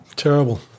Terrible